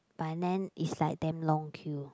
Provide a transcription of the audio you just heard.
by then it's like damn long queue